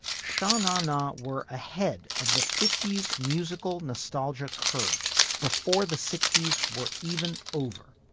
shannon na were ahead of the fifty s musical nostalgia curve before the sixty s were even over.